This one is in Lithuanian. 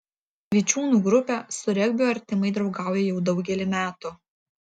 vičiūnų grupė su regbiu artimai draugauja jau daugelį metų